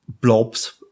blobs